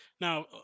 Now